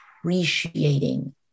appreciating